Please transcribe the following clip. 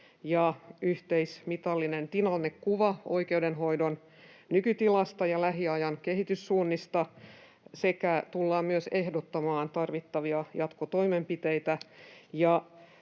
ja yhteismitallinen tilannekuva oikeudenhoidon nykytilasta ja lähiajan kehityssuunnista, sekä tullaan myös ehdottamaan tarvittavia jatkotoimenpiteitä.